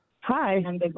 Hi